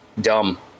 dumb